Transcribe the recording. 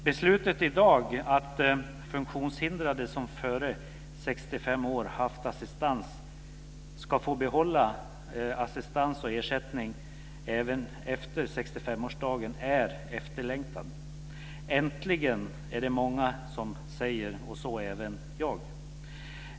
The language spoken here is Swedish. Beslutet i dag om att funktionshindrade som innan de fyllt 65 år haft assistans ska få behålla assistans och ersättning även efter 65-årsdagen är efterlängtat. "Äntligen! ", är det många som säger, och så även jag.